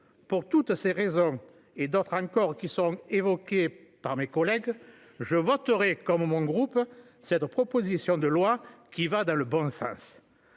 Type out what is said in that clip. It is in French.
Pour toutes ces raisons et d'autres encore qui seront évoquées par mes collègues, je voterai, comme mon groupe, cette proposition de loi. Elle va dans le bon sens,